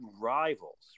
rivals